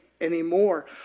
anymore